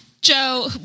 Joe